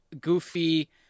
Goofy